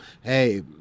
hey